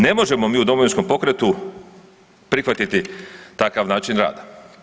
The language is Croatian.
Ne možemo mi u Domovinskom pokretu prihvatiti takav način rada.